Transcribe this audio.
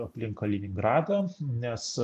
aplink kaliningradą nes